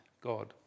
God